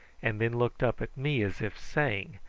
and then looked up at me, as if saying,